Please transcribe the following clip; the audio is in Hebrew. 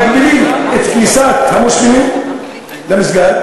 מגבילים את כניסת המוסלמים למסגד,